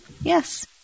Yes